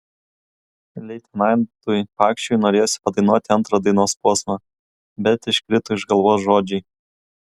leitenantui pakšiui norėjosi padainuoti antrą dainos posmą bet iškrito iš galvos žodžiai